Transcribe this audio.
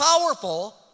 powerful